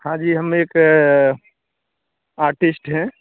हाँ जी हम एक आर्टिस्ट हैं